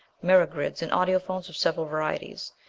mirror-grids and audiphones of several varieties.